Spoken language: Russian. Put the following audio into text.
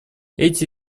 эти